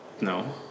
No